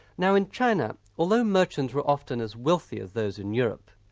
now in china, although merchants were often as wealthy as those in europe,